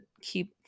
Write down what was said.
keep